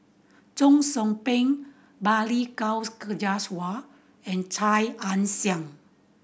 Cheong Soo Pieng Balli Kaur Jaswal and Chia Ann Siang